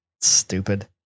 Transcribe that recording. Stupid